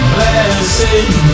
Blessing